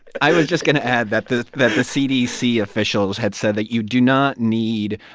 i was just going to add that the that the cdc officials had said that you do not need,